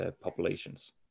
populations